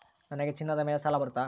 ನನಗೆ ಚಿನ್ನದ ಮೇಲೆ ಸಾಲ ಬರುತ್ತಾ?